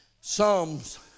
Psalms